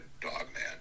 Dogman